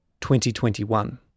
2021